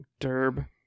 Derb